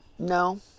No